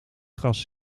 gras